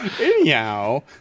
Anyhow